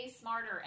smarter